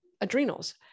adrenals